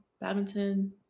badminton